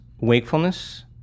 wakefulness